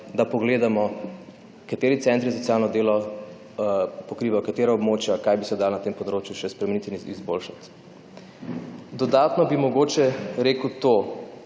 da pogledamo, kateri Centri za socialno delo pokrivajo katera območja, kaj bi se dalo na tem področju še spremeniti in izboljšati. Dodatno bi mogoče rekel to: